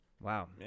Wow